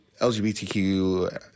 LGBTQ